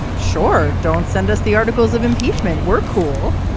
sure, don't send us the articles of impeachment. we're cool.